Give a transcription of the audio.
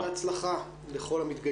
ושיהיה בהצלחה לכל המתגייסים.